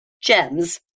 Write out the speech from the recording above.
gems